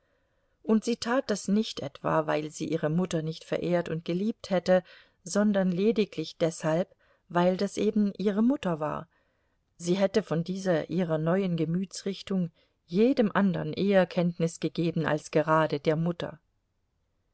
und sie tat das nicht etwa weil sie ihre mutter nicht verehrt und geliebt hätte sondern lediglich deshalb weil das eben ihre mutter war sie hätte von dieser ihrer neuen gemütsrichtung jedem andern eher kenntnis gegeben als gerade der mutter